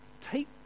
take